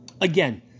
Again